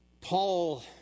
Paul